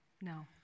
No